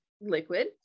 liquid